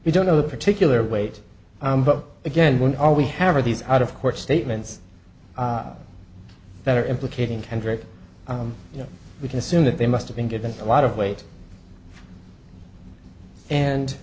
we don't know the particular weight but again when all we have are these out of court statements that are implicating and very you know we can assume that they must have been given a lot of weight and